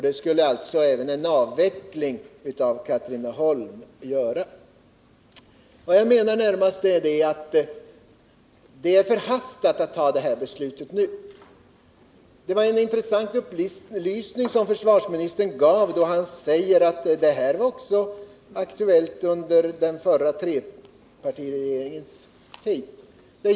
Det skulle alltså även en avveckling av verksamheten i Katrineholm göra. Vad jag närmast menar är att det är förhastat att fatta detta beslut nu. Det var en intressant upplysning som försvarsministern gav då han sade att den här frågan var aktuell även under den förra trepartiregeringens tid.